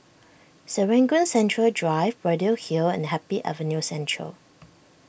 Serangoon Central Drive Braddell Hill and Happy Avenue Central